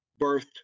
birthed